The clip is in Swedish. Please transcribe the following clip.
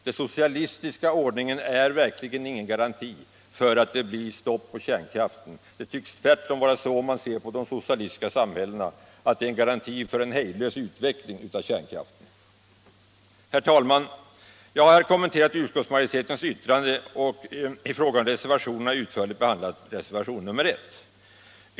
Den socialistiska ordningen är verkligen ingen garanti för att det blir stopp på kärnkraftsanvändningen; det tycks tvärtom vara så i de socialistiska samhällena att den är en garanti för en hejdlös utveckling av kärnkraften! Herr talman! Jag har här kommenterat utskottsmajoritetens yttrande och i fråga om reservationerna utförligt behandlat reservationen nr 1.